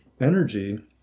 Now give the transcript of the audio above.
energy